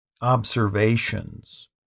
Observations